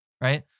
Right